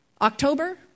October